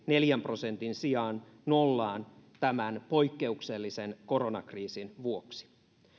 neljän prosentin sijaan nollaan tämän poikkeuksellisen koronakriisin vuoksi